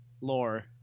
Lore